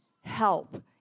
help